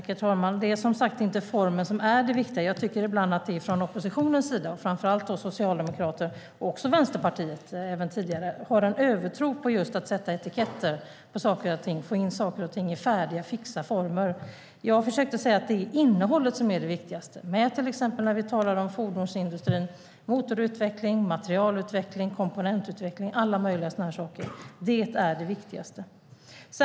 Herr talman! Det är som sagt inte formen som är det viktiga. Jag tycker att oppositionen, framför allt Socialdemokraterna men även Vänsterpartiet, har en övertro på att just sätta etiketter på saker och ting och få in saker och ting i fix och färdig form. Jag försökte säga att det är innehållet som är det viktigaste. När vi talar om fordonsindustrin handlar det om motorutveckling, materialutveckling, komponentutveckling och alla möjliga saker. Det är det viktigaste.